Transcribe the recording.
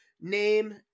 name